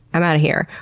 i'm out of here,